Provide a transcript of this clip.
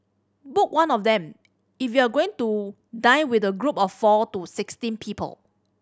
book one of them if you are going to dine with a group of four to sixteen people